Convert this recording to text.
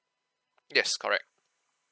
yes correct